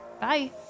Bye